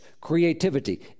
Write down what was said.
creativity